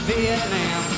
Vietnam